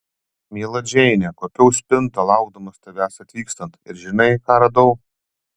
miela džeine kuopiau spintą laukdamas tavęs atvykstant ir žinai ką radau